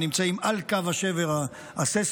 נמצאים על קו השבר הסייסמי.